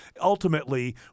ultimately